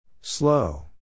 Slow